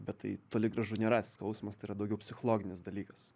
bet tai toli gražu nėra skausmas tai yra daugiau psichologinis dalykas